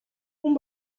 хүн